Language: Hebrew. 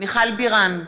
מיכל בירן,